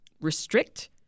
restrict